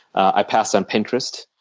i passed on pinterest.